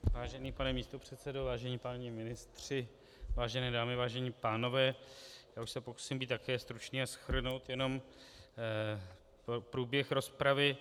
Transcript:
Vážený pane místopředsedo, vážení páni ministři, vážené dámy, vážení pánové, už se pokusím být také stručný a shrnout jenom průběh rozpravy.